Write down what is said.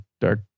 dark